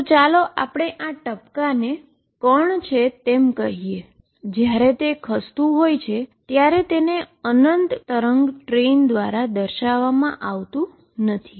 તો ચાલો આપણે આ ડોટને પાર્ટીકલ છે તેમ કહે છે જ્યારે તે ખસતું હોય છે ત્યારે તેને ઈન્ફાઈનાઈટ ટ્રેઈન ઓફ વેવ દ્વારા દર્શાવવામાં આવતું નથી